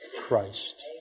Christ